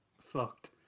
fucked